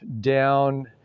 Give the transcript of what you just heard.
down